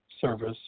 service